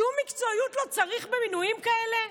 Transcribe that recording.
שום מקצועיות לא צריך במינויים כאלה?